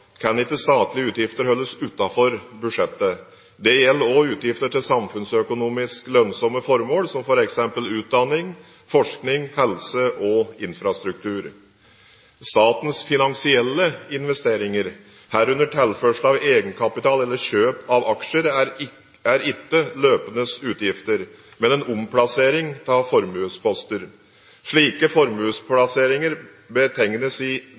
kan ikke statlige utgifter holdes utenfor budsjettet. Det gjelder også utgifter til samfunnsøkonomisk lønnsomme formål som f.eks. utdanning, forskning, helse og infrastruktur. Statens finansielle investeringer, herunder tilførsel av egenkapital eller kjøp av aksjer, er ikke løpende utgifter, men en omplassering av formuesposter. Slike formuesomplasseringer betegnes som lånetransaksjon i